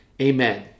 Amen